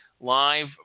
live